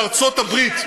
בארצות-הברית,